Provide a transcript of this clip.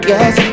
Yes